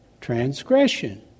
Transgression